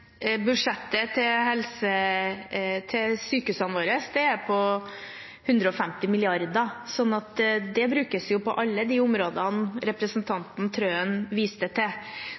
til sykehusene våre er på 150 mrd. kr, og det brukes på alle de områdene representanten Wilhelmsen Trøen viste til.